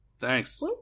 Thanks